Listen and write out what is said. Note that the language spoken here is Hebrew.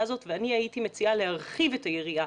הזאת ואני הייתי מציעה להרחיב את היריעה,